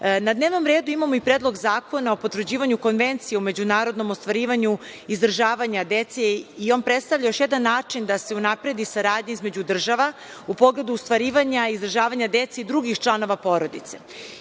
dnevnom redu imamo i Predlog zakona o potvrđivanju konvencije o međunarodnom ostvarivanju izdržavanja dece. On predstavlja još jedan način da se unapredi saradnja između država u pogledu ostvarivanja izdržavanja dece i drugih članova porodice. Inače,